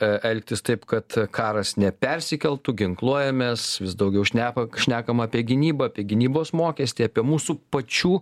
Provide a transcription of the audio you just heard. elgtis taip kad karas nepersikeltų ginkluojamės vis daugiau šnepa šnekama apie gynybą apie gynybos mokestį apie mūsų pačių